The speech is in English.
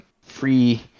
free